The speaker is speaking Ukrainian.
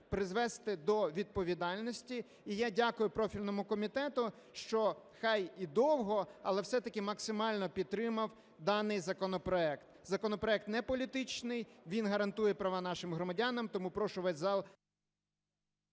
призвести до відповідальності. І я дякую профільному комітету, що хай і довго, але все-таки максимально підтримав даний законопроект. Законопроект не політичний, він гарантує права нашим громадянам, тому прошу весь зал…